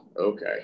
Okay